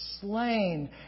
slain